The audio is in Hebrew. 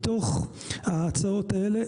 מתוך ההצעות האלה,